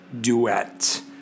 duet